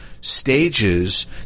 stages